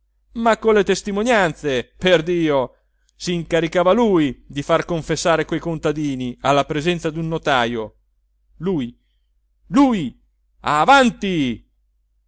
ma con le testimonianze perdio sincaricava lui di far confessare quei contadini alla presenza dun notajo lui lui avanti